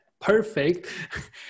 perfect